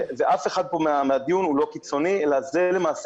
ואף אחד בדיון הוא לא קיצוני אלא זה למעשה